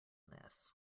this